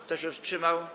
Kto się wstrzymał?